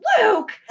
Luke